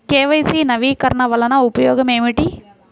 KYC నవీకరణ వలన ఉపయోగం ఏమిటీ?